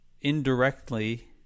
indirectly